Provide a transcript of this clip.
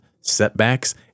setbacks